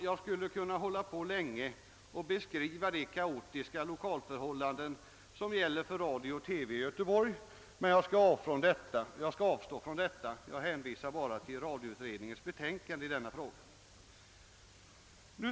Jag skulle kunna hålla på länge med att beskriva de kaotiska lokalförhållanden som gäller för radio och TV i Göteborg, men jag skall avstå. Jag hänvisar endast till radioutredningens betänkande i denna fråga.